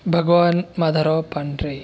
भगवान माधवराव पांढरे